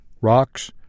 Rocks